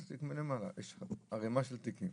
יש ערימת תיקים.